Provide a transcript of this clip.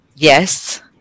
Yes